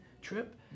trip